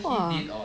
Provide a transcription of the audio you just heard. !wah!